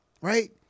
right